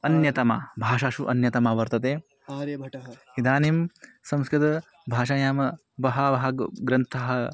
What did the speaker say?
अन्यतमा भाषासु अन्यतमा वर्तते इदानीं संस्कृतभाषायां बहवः ग् ग्रन्थाः